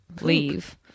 leave